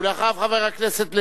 אחריו, חבר הכנסת לוין.